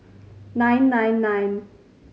nine nine nine